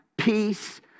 Peace